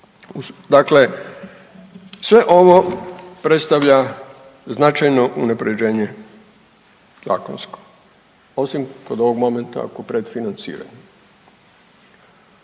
Dakle, sve ovo predstavlja značajno unaprjeđenje zakonsko osim kod ovog momenta kod predfinanciranja.